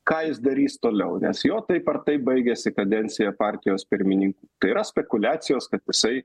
ką jis darys toliau nes jo taip ar taip baigiasi kadencija partijos pirmininko tai yra spekuliacijos kad jisai